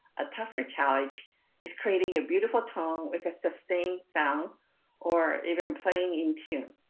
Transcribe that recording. a tougher challenge is creating a beautiful tone with a sustained sound or even playing in tune.